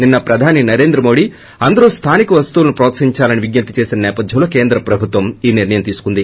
నిన్ప ప్రధానమంత్రి నరేంద్ర మోదీ అందరూ స్లానిక వస్తువులను ప్రోత్సహిందాలని విజ్జప్తి చేసిన సేపథ్యంలో కేంద్ర ప్రభుత్వం ఈ నిర్ణయం తీసుకుంది